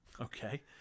Okay